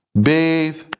bathe